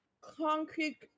concrete